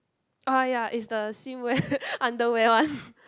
uh ya is the seem wear underwear one